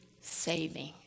saving